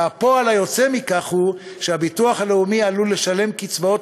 והפועל היוצא מכך הוא שהביטוח הלאומי עלול לשלם קצבאות